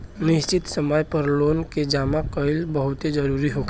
निश्चित समय पर लोन के जामा कईल बहुते जरूरी होखेला